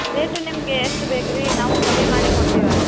rate ನಿಮಗೆ ಎಷ್ಟು ಬೇಕು ರೀ ನಾವು ಕಮ್ಮಿ ಮಾಡೇ ಕೊಡ್ತೇವೆ ಅಲ್ರಿ